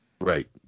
Right